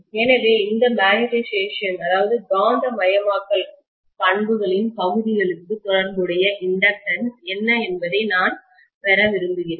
எனவே இந்த மேக்னட்டைசேஷன் காந்தமயமாக்கல் பண்புகளின் பகுதிகளுக்கு தொடர்புடைய இண்டக்டன்ஸ் தூண்டல் என்ன என்பதை நான் பெற விரும்புகிறேன்